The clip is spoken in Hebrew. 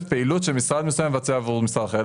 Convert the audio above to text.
פעילות שמשרד מסוים מבצע עבור משרד אחר.